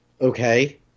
Okay